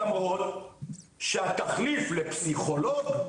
למרות שהתחליף לפסיכולוג,